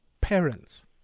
parents